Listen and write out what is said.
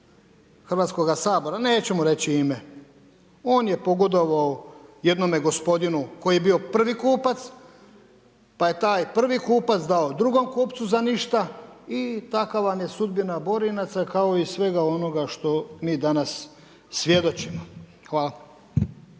Hrvatskoga sabora, nećemo reći ime, on je pogodovao jednome gospodinu koji je bio prvi kupac, pa je taj prvi kupac dao drugom kupcu za ništa i takva vam je sudbina Borinaca, kao i svega onoga što mi danas svjedočimo. Hvala.